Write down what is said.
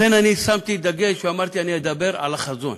לכן, שמתי דגש ואמרתי שאני אדבר על החזון